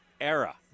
era